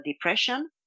depression